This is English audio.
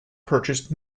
purchased